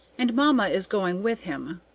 and mamma is going with him.